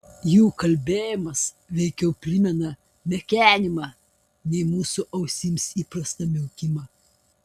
jų kalbėjimas veikiau primena mekenimą nei mūsų ausims įprastą miaukimą